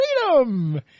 freedom